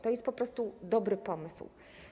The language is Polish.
To jest po prostu dobry pomysł.